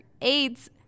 aids